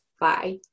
Bye